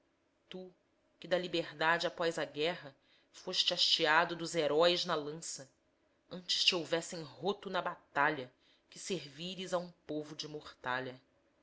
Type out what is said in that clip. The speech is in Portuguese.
tu que da liberdade após a guerra foste hasteado dos heróis na lança antes te houvessem roto na batalha que servires a um povo de mortalha